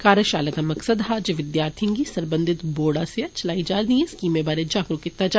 कार्यषाला दा मकसद हा जे विद्यार्थिएं गी सरबंधत बोर्ड आस्सेआ चलाई जा रदिएं स्कीमें बारै जागरुक कीता जा